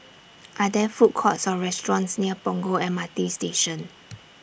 Are There Food Courts Or restaurants near Punggol M R T Station